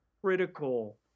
Critical